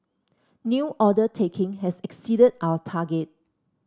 new order taking has exceeded our target